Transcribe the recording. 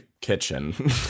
kitchen